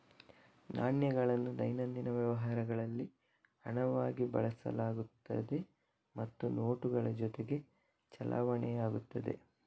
ನಾಣ್ಯಗಳನ್ನು ದೈನಂದಿನ ವ್ಯವಹಾರಗಳಲ್ಲಿ ಹಣವಾಗಿ ಬಳಸಲಾಗುತ್ತದೆ ಮತ್ತು ನೋಟುಗಳ ಜೊತೆಗೆ ಚಲಾವಣೆಯಾಗುತ್ತದೆ